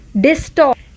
distort